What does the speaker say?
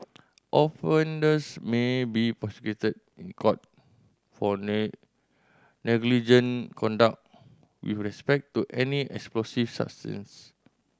offenders may be prosecuted in court for negligent conduct with respect to any explosive substance